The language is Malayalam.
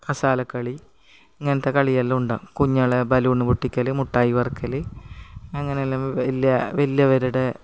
കസാലക്കളി ഇങ്ങനത്തെ കളിയെല്ലാം ഉണ്ടാകും കുഞ്ഞാൾ ബലൂൺ പൊട്ടിക്കൽ മുട്ടായി പെറുക്കൽ അങ്ങനെയെല്ലാം വലിയ വലിയവരുടെ